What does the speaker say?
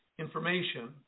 information